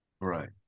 Right